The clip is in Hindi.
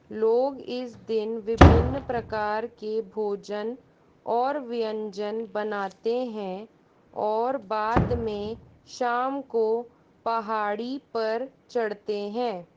लोग इस दिन विभिन्न प्रकार के भोजन और व्यंजन बनाते हैं और बाद में शाम को पहाड़ी पर चढ़ते हैं